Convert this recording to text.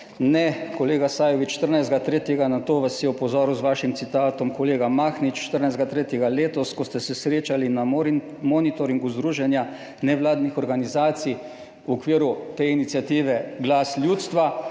Ne, kolega Sajovic, 14. 3., na to vas je opozoril z vašim citatom, kolega Mahnič, 14. 3. letos, ko ste se srečali na monitoringu združenja nevladnih organizacij v okviru te iniciative Glas ljudstva